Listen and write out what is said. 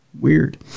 Weird